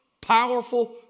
powerful